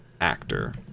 Actor